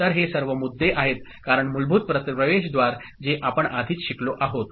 तर हे सर्व मुद्दे आहेत कारण मूलभूत प्रवेशद्वार जे आपण आधीच शिकलो आहोत